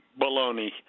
baloney